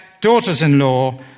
daughters-in-law